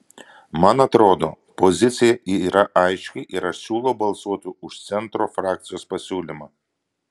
man atrodo pozicija yra aiški ir aš siūlau balsuoti už centro frakcijos pasiūlymą